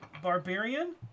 Barbarian